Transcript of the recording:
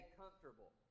comfortable